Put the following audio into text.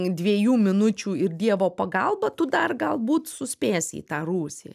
dviejų minučių ir dievo pagalba tu dar galbūt suspėsi į tą rūsį